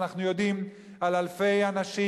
אנחנו יודעים על אלפי אנשים,